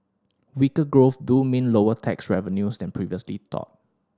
weaker growth do mean lower tax revenues than previously thought